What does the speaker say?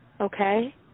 Okay